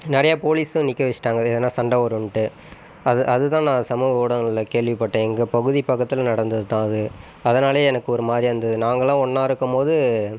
நிறையா போலீஸும் நிற்க வச்சுட்டாங்க எதுன்னால் சண்டை வருதுன்ட்டு அது அதுதான் நான் சமூக ஊடகங்களில் கேள்விப்பட்டேன் எங்கள் பகுதி பக்கத்தில் நடந்ததுதான் அது அதனாலேயே எனக்கு ஒருமாதிரியா இருந்தது நாங்களெலாம் ஒன்றாருக்கும் போது